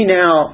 now